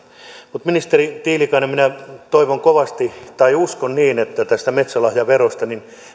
mutta ministeri tiilikainen minä toivon kovasti tai uskon niin että tästä metsälahjaverosta